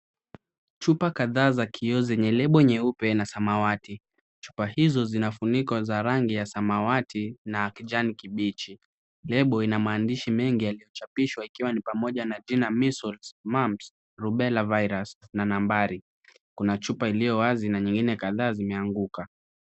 Chupa kadhaa za kioo zenye lebo nyeupe ya samawati. Chupa hizo zina funiko za rangi ya samawati na kijani kibichi. Lebo ina maandishi mengi yaliyo chapishwa ikiwa ni pamoja na jina measles , mumps , rubella virus na nambari. Kuna chupa iliyo wazi na nyingine kadhaa zimeanguka.